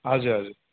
हजुर हजुर